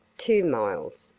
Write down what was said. two miles,